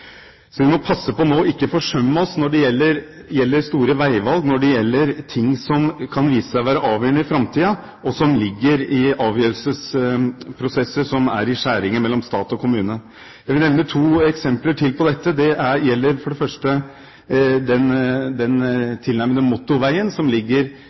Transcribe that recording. Vi må passe på nå så vi ikke forsømmer oss når det gjelder store veivalg i forbindelse med ting som kan vise seg å være avgjørende i framtiden, og som ligger i avgjørelsesprosesser som er i skjæringspunktet mellom stat og kommune. Jeg vil nevne to eksempler til på dette. Det ene gjelder den tilnærmede motorveien som ligger